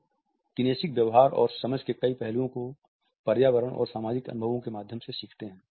हम किनेसिक व्यवहार और समझ के कई पहलुओं को पर्यावरण और सामाजिक अनुभवों के माध्यम से सीखते है